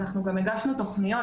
אנחנו גם הגשנו תוכניות,